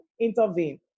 intervene